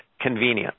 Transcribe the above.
convenient